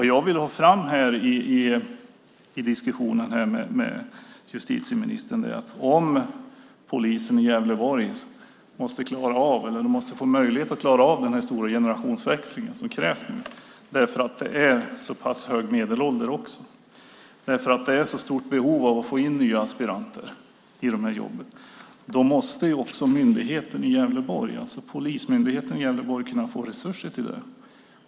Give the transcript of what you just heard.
Det jag vill ha fram i diskussionen med justitieministern är att om polisen i Gävleborg ska ha möjlighet att klara av den stora generationsväxling som nu krävs - eftersom medelåldern är så pass hög är behovet stort att få in nya aspiranter i jobbet - måste Polismyndigheten i Gävleborg också få resurser till det.